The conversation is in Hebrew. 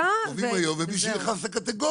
החלטה וזהו.